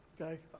Okay